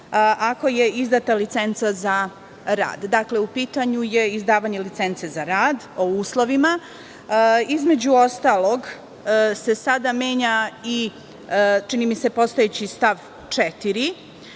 ako je izdata licenca za rad. Dakle, u pitanju je izdavanje licence za rad, o uslovima. Između ostalog se sada menja i, čini mi se, postojeći stav 4.